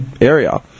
area